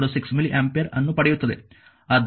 106 milliampere ಅನ್ನು ಪಡೆಯುತ್ತದೆ